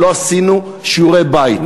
שלא עשינו שיעורי בית.